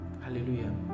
hallelujah